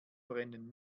brennen